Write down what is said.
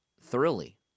thoroughly